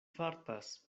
fartas